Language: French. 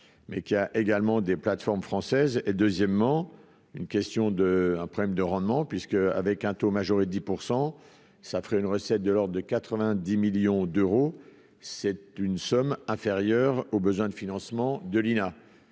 s'mais qui a également des plateformes françaises et, deuxièmement, une question de un problème de rendement puisque, avec un taux majoré de 10 % ça fait une recette de l'ordre de 90 millions d'euros, c'est une somme inférieure aux besoins de financement de l'INA